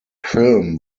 film